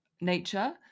nature